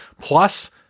Plus